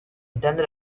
intende